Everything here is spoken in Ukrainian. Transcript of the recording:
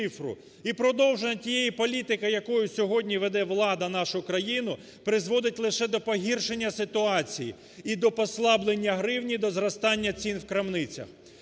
І продовженням тієї політики, якою сьогодні веде влада нашу країну, призводить лише до погіршення ситуації і до послаблення гривні, до зростання цін в крамницях.